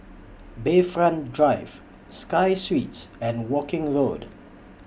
Bayfront Drive Sky Suites and Woking Road